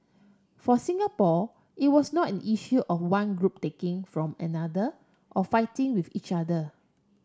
for Singapore it was not an issue of one group taking from another or fighting with each other